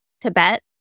tibet